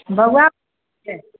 बौआ छै